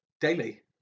Daily